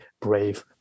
brave